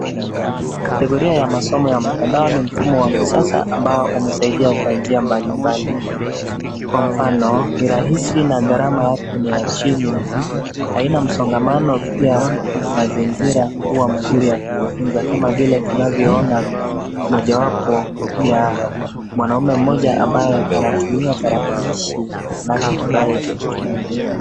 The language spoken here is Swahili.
Kategoria ya masomo ya mtandao ni mfumo wa kisasa ambao unasaidia kwa njia mbalimbali kwa mfano ni rahisi na gharama yake ni ya chini, haina msongamano pia mazingira huwa mazuri ya kujifunza kama vile tunavyoona mojawapo ya mwanamume mmoja ambaye anatumia tarakilishi anavyofurahi akitumia.